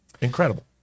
Incredible